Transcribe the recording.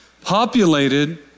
populated